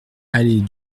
allée